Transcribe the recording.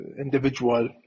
individual